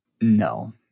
No